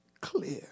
clear